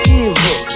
evil